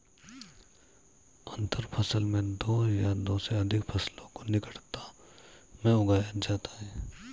अंतर फसल में दो या दो से अघिक फसलों को निकटता में उगाया जाता है